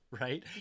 right